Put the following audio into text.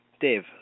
Dave